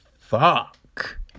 fuck